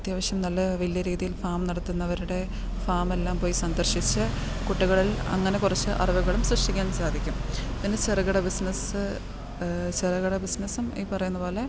അത്യാവശ്യം നല്ല വലിയ രീതിയിൽ ഫാം നടത്തുന്നവരുടെ ഫാമെല്ലാം പോയി സന്ദർശിച്ച് കുട്ടികളിൽ അങ്ങനെ കുറച്ച് അറിവുകളും സൃഷ്ടിക്കാൻ സാധിക്കും പിന്നെ ചെറുകിട ബിസിനസ്സ് ചെറുകിട ബിസിനസ്സും ഈ പറയുന്നത് പോലെ